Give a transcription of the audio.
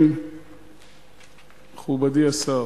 מכובדי השר,